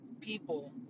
people